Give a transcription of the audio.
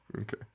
Okay